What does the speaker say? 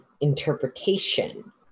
interpretation